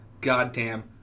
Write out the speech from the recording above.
goddamn